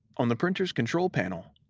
on the printer's control panel,